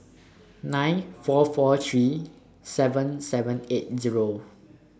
nine four four three seven seven eight Zero